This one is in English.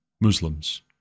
Muslims